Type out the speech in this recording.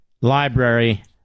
library